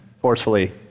forcefully